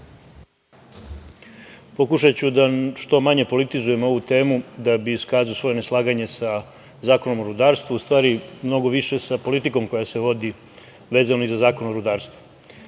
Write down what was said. Pokušaću da što manje politizujem ovu temu da bih iskazao svoje neslaganje sa Zakonom o rudarstvu, u stvari mnogo više sa politikom koja se vodi vezano i za Zakon o rudarstvu. Imali